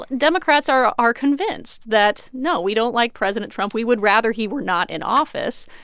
democrats are are convinced that, no, we don't like president trump. we would rather he were not in office.